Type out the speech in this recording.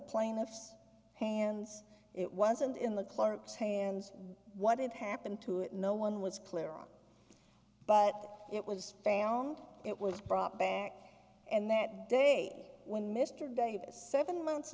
plaintiff's hands it wasn't in the clerk's hands what had happened to it no one was clear on but it was found it was brought back and that day when mr davis seven months